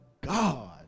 God